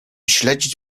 śledzić